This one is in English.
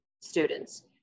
students